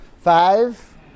Five